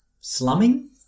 Slumming